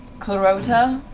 clarota?